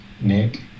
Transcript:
Nick